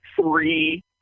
three